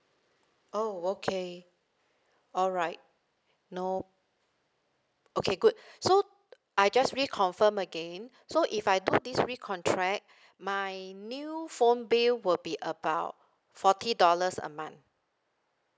oh okay alright no okay good so I just reconfirm again so if I do this recontract my new phone bill will be about forty dollars a month